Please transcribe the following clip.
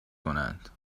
کنند